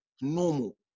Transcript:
Normal